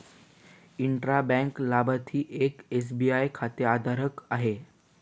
intra bank लाभार्थी एक SBI खातेधारक आहे